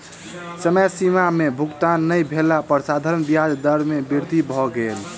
समय सीमा में भुगतान नै भेला पर साधारण ब्याज दर में वृद्धि भ गेल